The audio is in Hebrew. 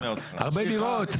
הרבה דירות,